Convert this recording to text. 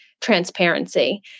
transparency